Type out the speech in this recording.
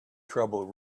trouble